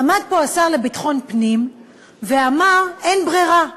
עמד פה השר לביטחון פנים ואמר: אין ברירה.